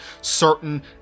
certain